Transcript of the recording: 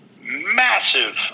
massive